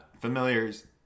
familiars